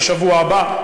בשבוע הבא.